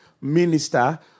minister